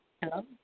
Hello